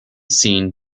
seen